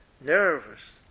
nervous